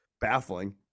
baffling